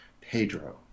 pedro